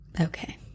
Okay